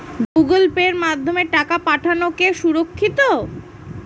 Google পের মাধ্যমে টাকা পাঠানোকে সুরক্ষিত?